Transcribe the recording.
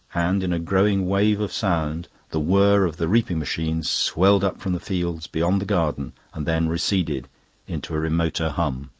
and in a growing wave of sound the whir of the reaping machines swelled up from the fields beyond the garden and then receded into a remoter hum.